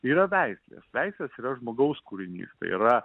yra veislės veislės yra žmogaus kūrinys tai yra